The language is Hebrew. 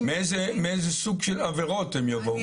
מאיזה סוג של עבירות הם יבואו?